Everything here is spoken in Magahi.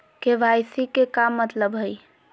के.वाई.सी के का मतलब हई?